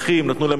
נתנו להם להתפרע,